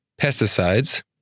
pesticides